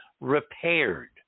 repaired